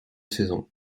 saison